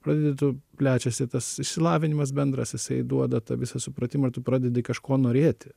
pradedi tu plečiasi tas išsilavinimas bendras jisai duoda tą visą supratimą ir tu pradedi kažko norėti